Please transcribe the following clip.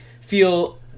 feel